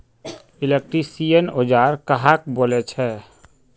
Electrician औजार कहाक बोले छे?